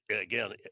Again